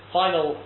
final